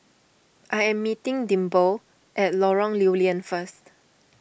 I am meeting Dimple at Lorong Lew Lian first